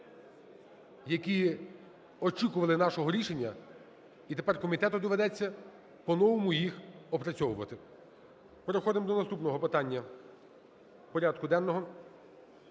які очікували нашого рішення, і тепер комітету доведеться по-новому їх опрацьовувати. Переходимо до наступного питання порядку денного,